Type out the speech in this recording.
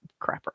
Crapper